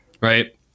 right